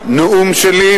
הנאום שלי,